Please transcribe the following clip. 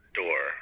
door